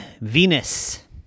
Venus